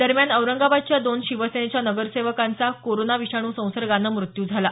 दरम्यान औरंगाबादच्या दोन शिवसेनेच्या नगरसेवकांचा कोरोना विषाणू संसर्गानं मृत्यू झाला